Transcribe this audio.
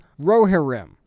Rohirrim